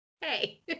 hey